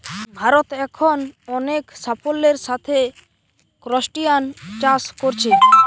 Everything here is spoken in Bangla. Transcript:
ভারত এখন অনেক সাফল্যের সাথে ক্রস্টাসিআন চাষ কোরছে